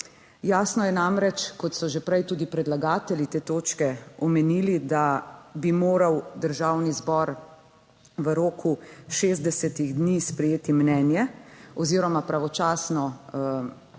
Jasno je namreč, kot so že prej tudi predlagatelji te točke omenili, da bi moral Državni zbor v roku 60 dni sprejeti mnenje oziroma pravočasno odgovoriti